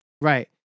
Right